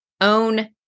own